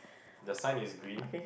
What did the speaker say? the sign is green